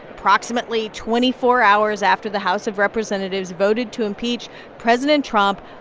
approximately twenty four hours after the house of representatives voted to impeach president trump,